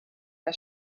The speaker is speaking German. der